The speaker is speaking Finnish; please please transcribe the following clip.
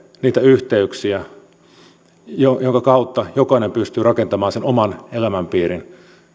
niitä yhteyksiä joiden kautta jokainen pystyy rakentamaan sen oman elämänpiirinsä